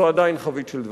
זאת עדיין חבית של דבש.